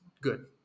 good